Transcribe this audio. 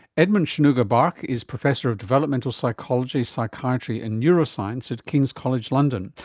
edmund sonuga-barke is professor of developmental psychology, psychiatry and neuroscience at king's college london,